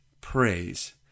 praise